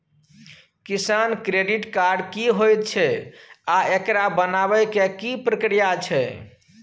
किसान credit card की होयत छै आ एकरा बनाबै के की प्रक्रिया छै?